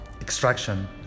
extraction